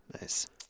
Nice